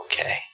okay